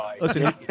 Listen